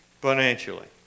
financially